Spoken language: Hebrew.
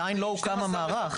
עדיין לא הוקם המערך.